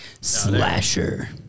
Slasher